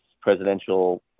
presidential